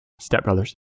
Stepbrothers